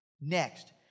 Next